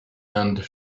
and